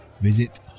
Visit